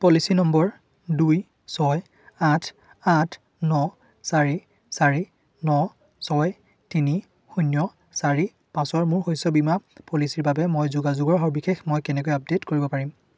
policy number দুই ছয় আঠ আঠ ন চাৰি চাৰি ছয় তিনি শূন্য চাৰি পাঁচৰ মোৰ শস্য বীমা পলিচীৰ বাবে মোৰ যোগাযোগৰ সবিশেষ মই কেনেকৈ আপডেট কৰিব পাৰিম